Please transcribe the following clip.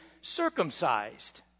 circumcised